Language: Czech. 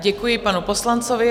Děkuji panu poslanci.